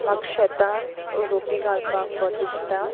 म्हाक शेतांत रोपी घालपाक बरें दिसता